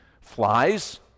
Flies